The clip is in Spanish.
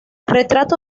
retrato